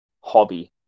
hobby